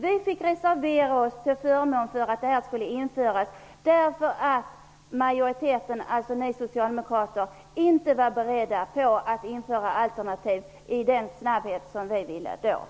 Vi fick reservera oss till förmån för att detta skulle införas, eftersom majoriteten, dvs. ni socialdemokrater, inte var beredda att införa alternativ i den snabba takt som vi då ville.